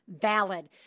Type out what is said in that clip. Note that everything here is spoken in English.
valid